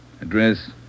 Address